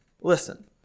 listen